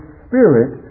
spirit